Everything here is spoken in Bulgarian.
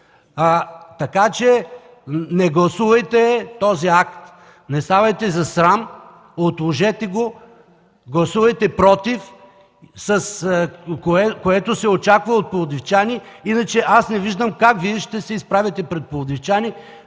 Така че не гласувайте този акт, не ставайте за срам! Отложете го! Гласувайте „против”, което се очаква от пловдивчани. Не виждам как ще се изправите пред пловдивчани,